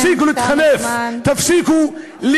תפסיקו.